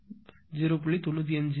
95 இருந்தது என்று வைத்துக்கொள்வோம்